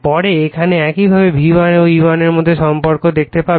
পরে এখানে একইভাবে V1 এবং E1 এর মধ্যে সম্পর্ক দেখতে পাবে